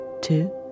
two